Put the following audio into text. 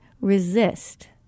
resist